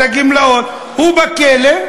הגמלאות הוא בכלא,